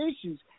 issues